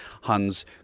Hans